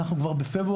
אנחנו כבר בפברואר.